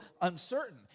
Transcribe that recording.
uncertain